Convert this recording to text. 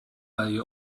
value